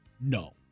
no